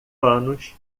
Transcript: panos